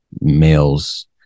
males